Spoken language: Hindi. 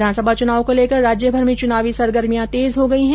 विधानसभा चुनाव को लेकर राज्यभर में चुनावी सरगर्मिया तेज हो गई है